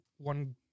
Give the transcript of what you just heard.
one